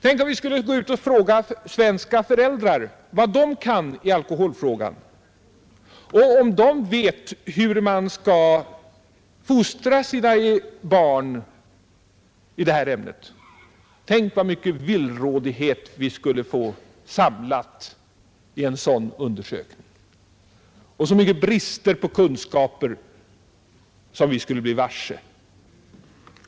Tänk om vi skulle gå ut och fråga svenska föräldrar vad de kan i alkoholfrågan och om de vet hur de skall fostra sina barn i detta ämne! Så mycken villrådighet vi skulle få samlad i en sådan undersökning, och så mycken brist på kunskaper vi skulle bli varse.